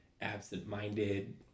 absent-minded